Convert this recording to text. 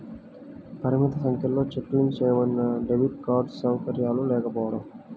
పరిమిత సంఖ్యలో check link చేయబడినడెబిట్ కార్డ్ సౌకర్యాలు లేకపోవడం